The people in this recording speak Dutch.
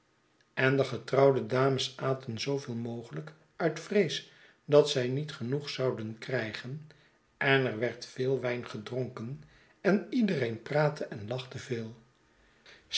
en de getrouwde dames aten zooveel mogelijk uit vrees dat zij niet genoeg zouden krijgen en er werd veel wijn gedronken en iedereen praatte en lachte veel